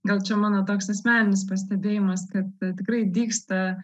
gal čia mano toks asmeninis pastebėjimas kad tikrai dygsta